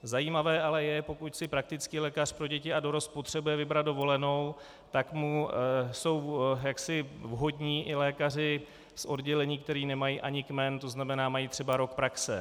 Zajímavé ale je, pokud si praktický lékař pro děti a dorost potřebuje vybrat dovolenou, tak mu jsou vhodní i lékaři z oddělení, kteří nemají ani kmen, tzn. mají třeba rok praxe.